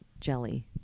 jelly